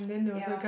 ya